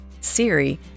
Siri